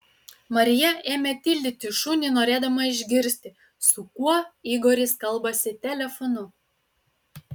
marija ėmė tildyti šunį norėdama išgirsti su kuo igoris kalbasi telefonu